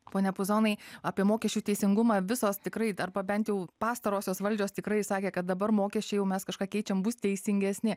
pone puzonai apie mokesčių teisingumą visos tikrai arba bent jau pastarosios valdžios tikrai sakė kad dabar mokesčiai jau mes kažką keičiam bus teisingesni